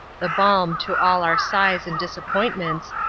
the balm to all our sighs and disappointments,